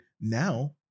Now